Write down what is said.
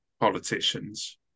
politicians